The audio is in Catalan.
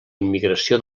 immigració